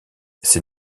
ces